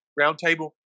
roundtable